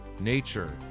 nature